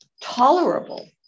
tolerable